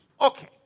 Okay